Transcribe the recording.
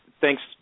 Thanks